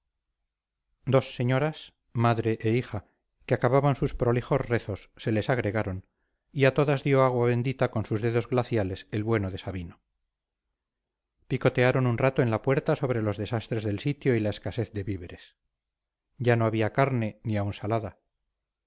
dos señoras madre e hija que acababan sus prolijos rezos se les agregaron y a todas dio agua bendita con sus dedos glaciales el bueno de sabino picotearon un rato en la puerta sobre los desastres del sitio y la escasez de víveres ya no había carne ni aun salada